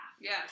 Yes